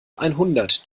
einhundert